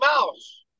Mouse